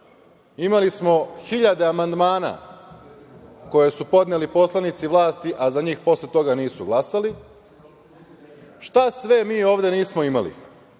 Imali smo hiljade amandmana koje su podneli poslanici vlasti, a za njih posle toga nisu glasali. Šta sve mi ovde nismo imali. Mi